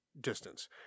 distance